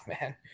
man